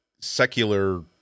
secular